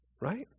Right